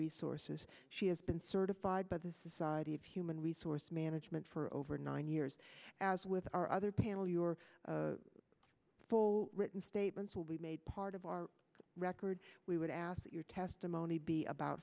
resources she has been certified by the society of human resource management for over nine years as with our other panel your full written statements will be made part of our record we would ask that your testimony be about